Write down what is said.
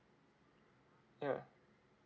ya